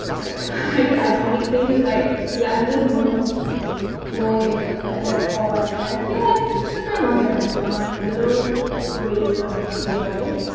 like ah like the iconic thing. it's like yeah, i'm just known for knowing makeup. and that's all i am. i feel like that's very one-dimensional and a little waste of your life.